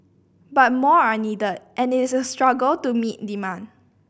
but more are needed and it is a struggle to meet demand